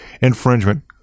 infringement